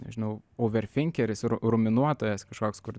nežinau ouverfinkeris ru ruminuotojas kažkoks kur